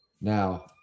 Now